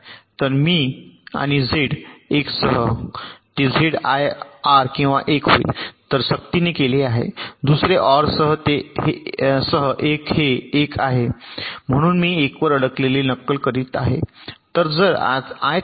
तर मी आणि झेड 1 सह ते झेड आयआर किंवा 1 होईल तर हे सक्तीने केले आहे दुसरे OR सह 1 हे 1 आहे म्हणून मी 1 वर अडकलेले नक्कल करीत आहे